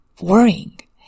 worrying